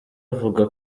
avuga